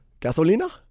Gasolina